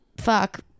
fuck